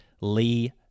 Lee